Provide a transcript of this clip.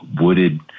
wooded